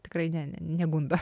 tikrai ne negundo